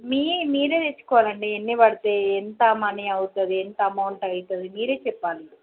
మీ మీరే తెచ్చుకోవాలి అండి ఎన్ని పడతాయి ఎంత మనీ అవుతుంది ఎంత అమౌంట్ అవుతుంది మీరే చెప్పాలి